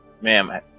ma'am